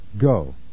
Go